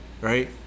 right